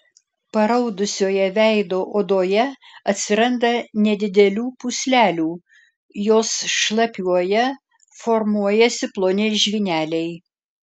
paraudusioje veido odoje atsiranda nedidelių pūslelių jos šlapiuoja formuojasi ploni žvyneliai